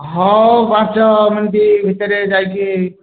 ହେଉ ପାଞ୍ଚ ମିନିଟ ଭିତରେ ଯାଇକି